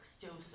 Joseph